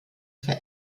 für